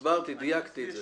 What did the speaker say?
הסברתי, דייקתי את זה.